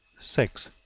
six.